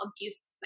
abuse